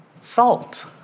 salt